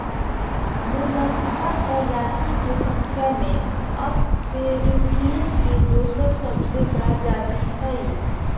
Mollusca प्रजाति के संख्या में अकशेरूकीय के दोसर सबसे बड़ा जाति हइ